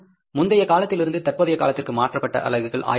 முந்தைய காலத்திலிருந்து தற்போதைய காலத்திற்கு மாற்றப்பட்ட அலகுகள் 1000 ஆகும்